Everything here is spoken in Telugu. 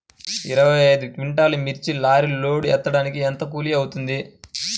ఇరవై ఐదు క్వింటాల్లు మిర్చి లారీకి లోడ్ ఎత్తడానికి ఎంత కూలి అవుతుంది?